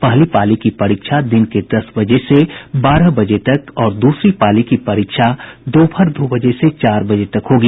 पहली पाली की परीक्षा दिन के दस बजे से बारह बजे तक और दूसरी पाली की परीक्षा दोपहर दो बजे से चार बजे तक होगी